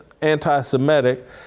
anti-Semitic